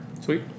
sweet